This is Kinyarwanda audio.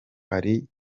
hari